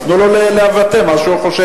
אז תנו לו לבטא את מה שהוא חושב.